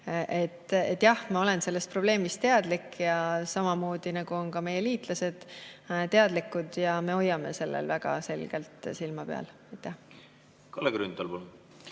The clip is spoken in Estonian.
Jah, ma olen sellest probleemist teadlik ja samamoodi on ka meie liitlased teadlikud. Me hoiame sellel väga selgelt silma peal. Aitäh! Tegelikult